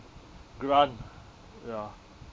grant ya